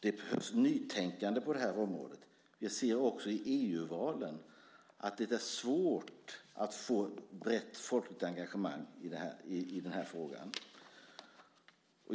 Det behövs nytänkande på det här området. Vi ser också i EU-valen att det är svårt att få ett brett folkligt engagemang i den här frågan.